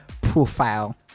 profile